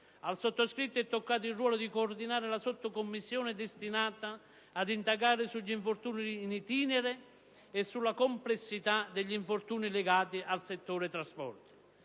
Al sottoscritto è toccato il ruolo di coordinare il gruppo di lavoro destinato ad indagare sugli infortuni *in itinere* e sulla complessità degli infortuni legati al settore dei trasporti.